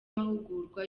amahugurwa